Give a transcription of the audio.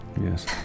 Yes